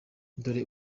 dore